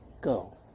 Go